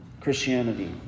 Christianity